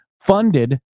funded